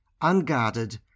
unguarded